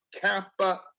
Kappa